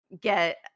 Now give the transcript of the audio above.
get